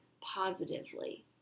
positively